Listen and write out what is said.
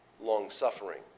long-suffering